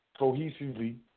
Cohesively